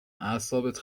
اعصابت